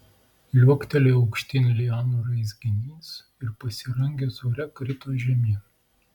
liuoktelėjo aukštyn lianų raizginys ir pasirangęs ore krito žemyn